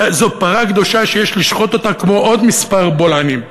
זו פרה קדושה שיש לשחוט אותה כמו עוד כמה בולענים.